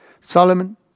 Solomon